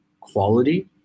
quality